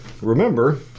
remember